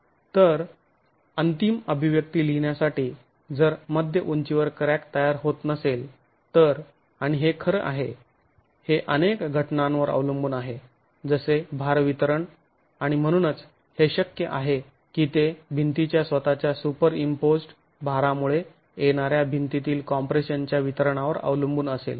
तर अंतिम अभिव्यक्ती लिहिण्यासाठी जर मध्य उंचीवर क्रॅक तयार होत नसेल तर आणि हे खर आहे हे अनेक घटकांवर अवलंबून आहे जसे भार वितरण आणि म्हणूनच हे शक्य आहे की ते भिंतीच्या स्वतःच्या सुपरइंम्पोज्ड भारामुळे येणाऱ्या भिंतीतील कॉम्प्रेशन च्या वितरणावर अवलंबून असेल